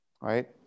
Right